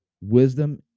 Wisdom